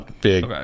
big